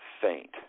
faint